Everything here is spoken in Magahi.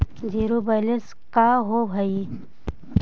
जिरो बैलेंस का होव हइ?